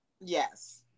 Yes